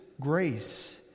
grace